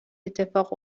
اتفاق